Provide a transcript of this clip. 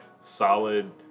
solid